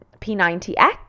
P90X